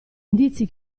indizi